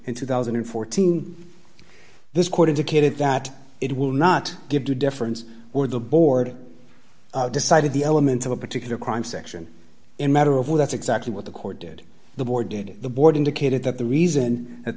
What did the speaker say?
in two thousand and fourteen this court indicated that it will not give due deference or the board decided the elements of a particular crime section in matter of will that's exactly what the court did the board did the board indicated that the reason that